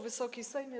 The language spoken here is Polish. Wysoki Sejmie!